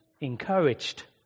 encouraged